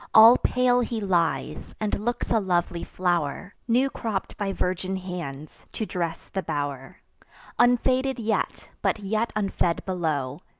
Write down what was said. all pale he lies, and looks a lovely flow'r, new cropp'd by virgin hands, to dress the bow'r unfaded yet, but yet unfed below,